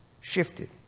shifted